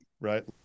right